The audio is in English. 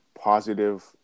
positive